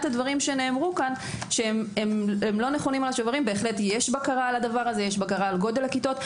בהחלט יש בקרה על זה, על גודל הכיתות.